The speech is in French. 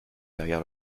derrière